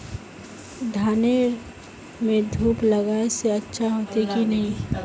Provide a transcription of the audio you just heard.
धानेर में धूप लगाए से अच्छा होते की नहीं?